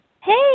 Hey